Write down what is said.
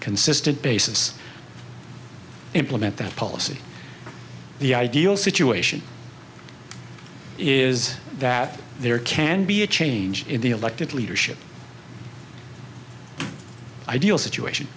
consistent basis implement that policy the ideal situation is that there can be a change in the elected leadership ideal situation